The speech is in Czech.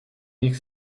nich